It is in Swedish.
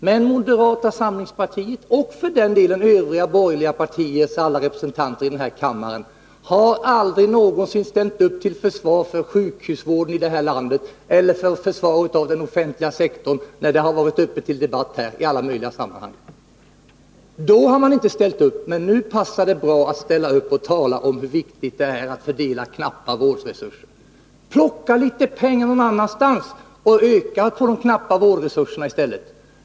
Men moderata samlingspartiet — och för den delen övriga borgerliga partiers alla representanter i denna kammare — har aldrig någonsin ställt upp till försvar för sjukhusvården i detta land eller för den offentliga sektorn, när denna i alla möjliga sammanhang har varit uppe till debatt här. Då har man inte ställt upp, men nu passar det bra att tala om hur viktigt det är att fördela knappa vårdresurser. Plocka pengar någon annanstans, och öka i stället de knappa vårdresurserna!